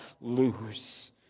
lose